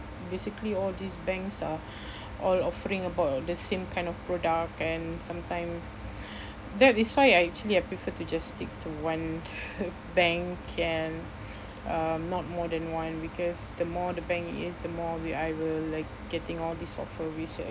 basically all these banks are all offering about the same kind of product and sometime that is why I actually I prefer to just stick to one bank and uh not more than one because the more the bank is the more will I will like getting all these offer which I